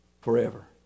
Forever